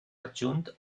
adjunt